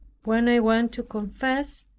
when i went to confess,